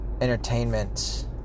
entertainment